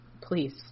Please